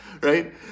right